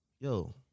yo